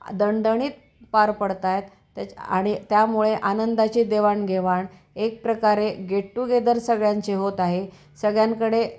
दणदणीत पार पडत आहेत त्याच आणि त्यामुळे आनंदाचे देवाणघेवाण एक प्रकारे गेट टुगेदर सगळ्यांचे होत आहे सगळ्यांकडे